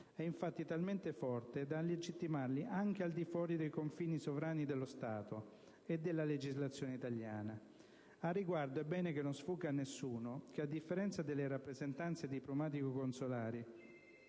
è infatti talmente forte da legittimarli anche al di fuori dei confini sovrani dello Stato e della legislazione italiana. Al riguardo, è bene non sfugga a nessuno che, a differenza delle rappresentanze diplomatico-consolari